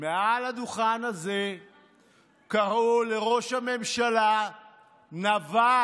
מעל הדוכן הזה קראו לראש הממשלה "נבל"